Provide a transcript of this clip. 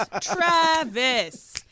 Travis